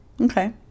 Okay